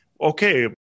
okay